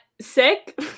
sick